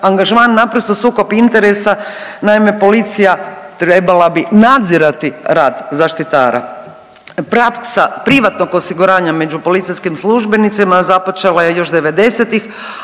angažman naprosto sukob interesa. Naime, policija trebala bi nadzirati rad zaštitara. Praksa privatnog osiguranja među policijskim službenicima započela je još